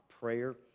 prayer